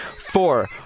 Four